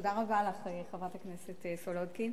תודה רבה לך, חברת הכנסת סולודקין.